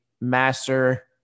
master